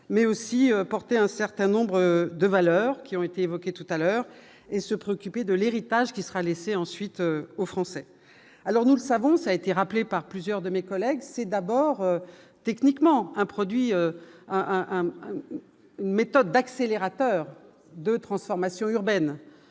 mais aussi porter un certain nombre de valeurs qui ont été évoqués tout à l'heure et se préoccuper de l'héritage qui sera laissé ensuite aux Français, alors nous savons ça été rappelé par plusieurs de mes collègues, c'est d'abord, techniquement, un produit un un méthode d'accélérateur de transformation urbaine,